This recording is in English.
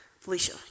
Felicia